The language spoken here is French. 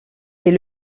est